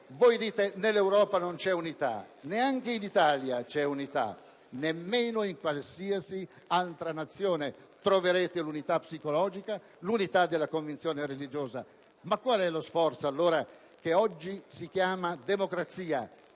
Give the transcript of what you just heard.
voi dite nell'Europa non c'è unità; neanche in Italia c'è unità, nemmeno in qualsiasi altra Nazione troverete l'unità psicologica, l'unità della convinzione religiosa. Ma, allora, qual è lo sforzo cui siamo chiamati oggi